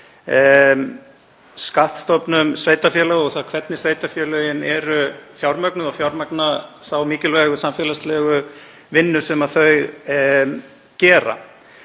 skattstofnum sveitarfélaga og því hvernig sveitarfélögin eru fjármögnuð og að fjármagna þá mikilvægu samfélagslegu vinnu sem þau inna